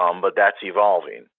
um but that's evolving.